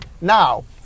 Now